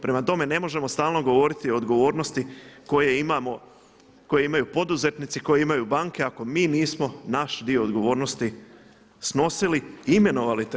Prema tome, ne možemo stalno govoriti o odgovornosti koje imamo, koje imaju poduzetnici, koje imaju banke ako mi nismo naš dio odgovornosti snosili i imenovali te.